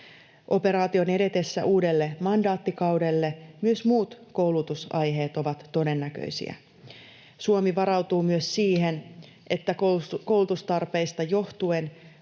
Operaation edetessä uudelle mandaattikaudelle myös muut koulutusaiheet ovat todennäköisiä. Suomi varautuu myös siihen, että koulutustarpeista johtuen